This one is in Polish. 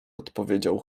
odpowiedział